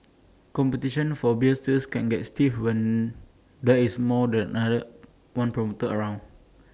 competition for beer sales can get stiff when there is more than another one promoter around